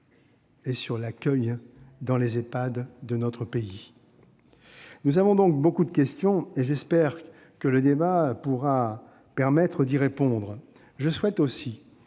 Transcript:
et sur l'accueil dans les Ehpad de notre pays ? Nous avons donc beaucoup de questions et j'espère que le débat permettra d'y répondre. Je souhaite aussi